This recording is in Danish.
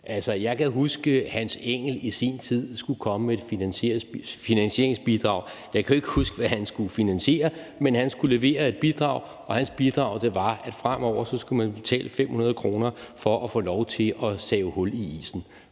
jeg kan huske, at Hans Engell i sin tid skulle komme med et finansieringsbidrag. Jeg kan ikke huske, hvad han skulle finansiere, men han skulle levere et bidrag, og hans bidrag var, at fremover skulle man betale 500 kr. for at få lov til at save hul i isen.